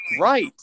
right